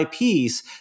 IPs